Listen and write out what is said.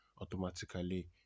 automatically